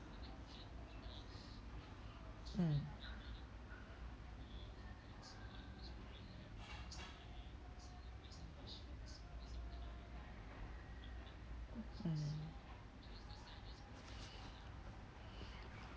mm mm